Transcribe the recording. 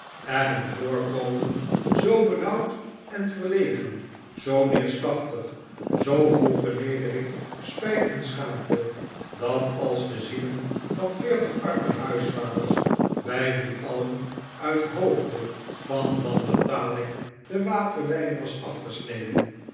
en een voorkomen zoo benauwd en verlegen zoo neerslachtig zoo vol vernedering spijt en schaamte dat als de zielen van veertig arme huisvaders bij wie alien uit hoofde van wanbetaling de waterleiding was afgesneden